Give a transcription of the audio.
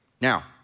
Now